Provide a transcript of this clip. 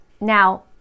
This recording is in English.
Now